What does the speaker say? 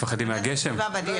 הגנת הסביבה בדרך.